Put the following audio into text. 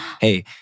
hey